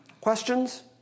Questions